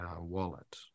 wallet